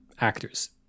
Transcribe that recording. actors